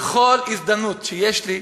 ובכל הזדמנות שיש לי,